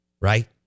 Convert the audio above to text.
Right